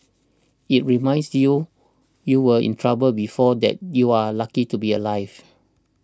it reminds you you were in trouble before that you're lucky to be alive